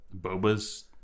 Boba's